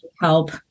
help